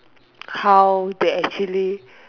how they actually